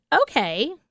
okay